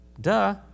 duh